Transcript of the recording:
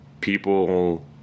people